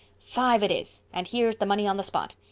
five it is. and here's the money on the spot.